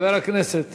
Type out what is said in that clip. חבר הכנסת